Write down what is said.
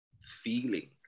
feeling